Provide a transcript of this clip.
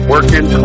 Working